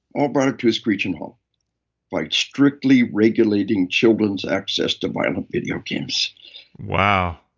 all brought it to a screeching halt by strictly regulating children's access to violent video games wow.